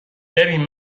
ببین